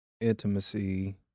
intimacy